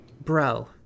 bro